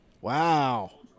Wow